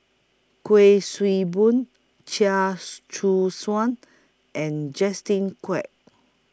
Kuik Swee Boon Chia Choo Suan and Justin Quek